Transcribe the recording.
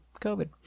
COVID